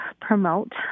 promote